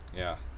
ya